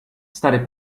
stary